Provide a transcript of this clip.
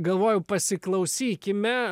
galvoju pasiklausykime